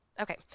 okay